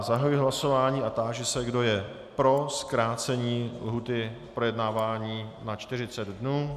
Zahajuji hlasování a táži se, kdo je pro zkrácení lhůty k projednávání na 40 dnů?